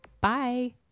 bye